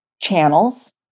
channels